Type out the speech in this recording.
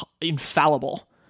Infallible